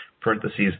parentheses